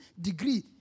degree